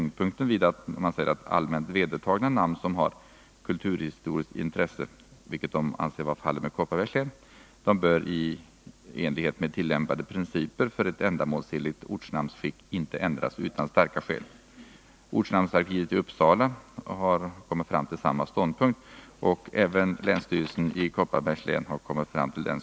Därutöver säger man att allmänt vedertagna namn som har kulturhistoriskt intresse, vilket måste anses vara fallet med Kopparbergs län, i enlighet med tillämpade principer för ett ändamålsenligt ortnamnsskick inte bör ändras utan starka skäl. Ortnamnsarkivet i Uppsala har kommit fram till samma ståndpunkt. Det har även länsstyrelsen i Kopparbergs län gjort.